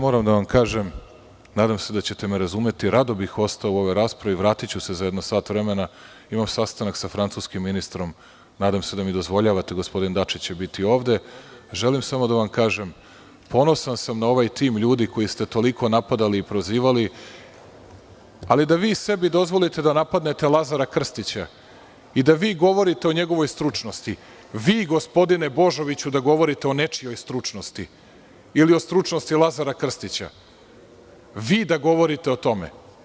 Moram da vam kažem, nadam se da ćete me razumeti, rado bih ostao u ovoj raspravi, vratiću se za jedno sat vremena, imam sastanak sa francuskim ministrom, nadam se da mi dozvoljavate, gospodin Dačić će biti ovde, želim samo da vam kažem, ponosan sam na ovaj tim ljudi koji ste toliko napadali i prozivali, ali da vi sebi dozvolite da napadnete Lazara Krstića i da vi govorite o njegovoj stručnosti, vi, gospodine Božoviću da govorite o nečijoj stručnosti ili o stručnosti Lazara Krstića, vi da govorite o tome?